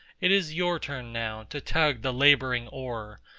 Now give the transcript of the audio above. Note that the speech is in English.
it is your turn now to tug the labouring oar,